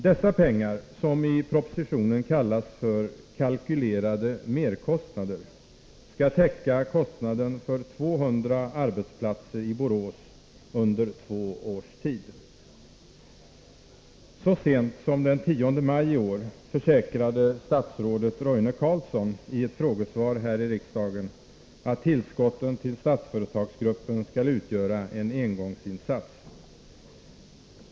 Dessa pengar — som i propositionen kallas ”kalkylerade merkostnader” — skall täcka kostnaden för 200 arbetsplatser i Borås under två års tid. Så sent som den 10 maj i år försäkrade statsrådet Roine Carlsson i ett frågesvar här i riksdagen att tillskotten till Statsföretagsgruppen skall utgöra en engångsinsats.